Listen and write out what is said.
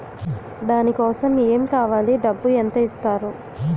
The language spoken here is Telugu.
దాని కోసం ఎమ్ కావాలి డబ్బు ఎంత ఇస్తారు?